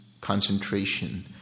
concentration